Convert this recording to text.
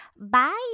Bye